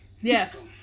Yes